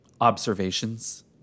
Observations